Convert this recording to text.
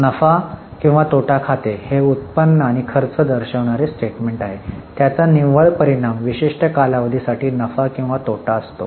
नफा किंवा तोटा खाते हे उत्पन्न आणि खर्च दर्शविणारे स्टेटमेंट आहे त्याचा निव्वळ परिणाम विशिष्ट कालावधी साठी नफा किंवा तोटा असतो